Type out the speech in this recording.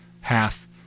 hath